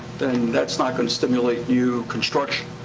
then that's not gonna stimulate new construction.